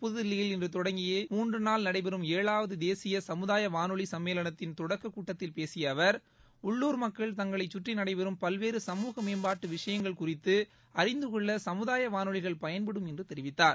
புதுதில்லியில் இன்று தொடங்கிய மூன்று நாள் ஏழாவது தேசிய சமுதாய வானொலி சும்மேளனத்தின் தொடக்க கூட்டத்தில் பேசிய அவர் உள்ளுர் மக்கள் தங்களை கற்றி நடைபெறும் பல்வேறு கமூக மேம்பாட்டு விஷயங்கள் குறித்து அறிந்தகொள்ள சமுதாய வானொலிகள் பயன்படும் என்று தெரிவித்தார்